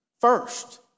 first